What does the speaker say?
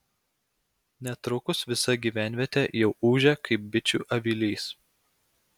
netrukus visa gyvenvietė jau ūžė kaip bičių avilys